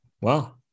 wow